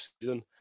season